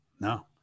No